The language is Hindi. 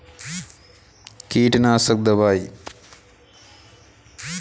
मटर के साथ जहरीले कीड़े ज्यादा उत्पन्न होते हैं इनका उपाय क्या है?